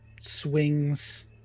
swings